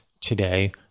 today